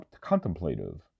Contemplative